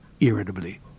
irritably